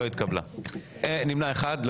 נמנע אחד.